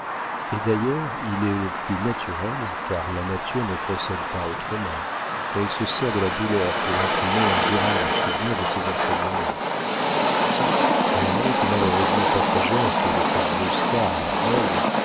et d'ailleurs il est le plus naturel car la nature ne procède pas autrement elle se sert de la douleur pour imprimer un durable souvenir de ses enseignements si à la honte malheureusement passagère qui avait saisi oscar la veille